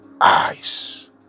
eyes